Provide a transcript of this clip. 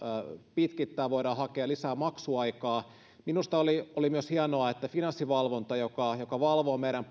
pitkittää voidaan hakea lisää maksuaikaa minusta oli myös hienoa että finanssivalvonta joka joka valvoo meidän